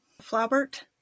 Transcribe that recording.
Flaubert